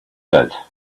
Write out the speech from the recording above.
did